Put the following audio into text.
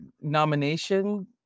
nomination